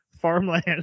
farmland